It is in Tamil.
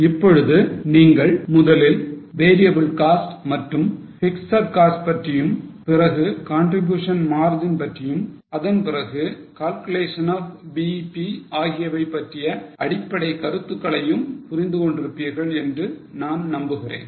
இப்பொழுது நீங்கள் முதலில் variable cost மற்றும் பிக்ஸட் காஸ்ட் பற்றியும் பிறகு contribution margin பற்றியும் அதன் பிறகு calculation of BEP ஆகியவை பற்றிய அடிப்படைக் கருத்துக்களையும் புரிந்து கொண்டிருப்பீர்கள் என்று நான் நம்புகிறேன்